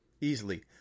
Easily